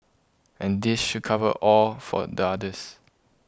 and this should cover all for the others